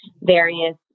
various